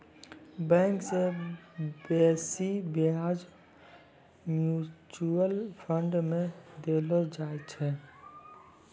bank से बेसी ब्याज म्यूचुअल फंड मे देलो जाय छै